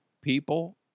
people